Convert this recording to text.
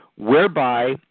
Whereby